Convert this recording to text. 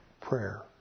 prayer